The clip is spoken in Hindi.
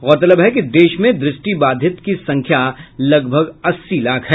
गौरतलब है कि देश में दृष्टि बाधित की संख्या लगभग अस्सी लाख है